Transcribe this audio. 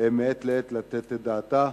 מעת לעת לתת את דעתה.